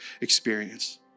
experience